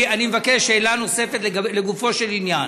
אני מבקש שאלה נוספת לגופו של עניין.